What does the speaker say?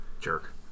Jerk